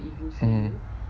mm